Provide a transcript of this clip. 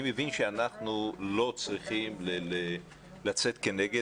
אני מבין שאנחנו לא צריכים לצאת כנגד,